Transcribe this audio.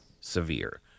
severe